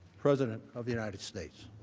president of the united states.